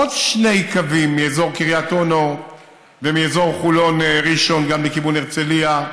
עוד שני קווים מאזור קריית אונו ומאזור חולון ראשון גם לכיוון הרצליה.